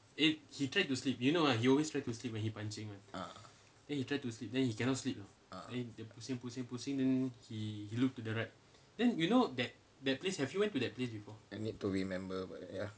ah ah I need to remember but ya